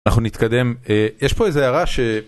אנחנו נתקדם, יש פה איזו הערה ש...